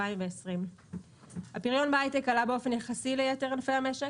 2020. הפריון בהייטק עלה באופן יחסי ליתר ענפי המשק,